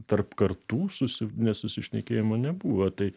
tarp kartų susi nesusišnekėjimo nebuvo tai